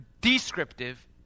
descriptive